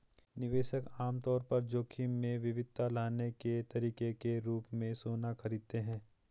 निवेशक आम तौर पर जोखिम में विविधता लाने के तरीके के रूप में सोना खरीदते हैं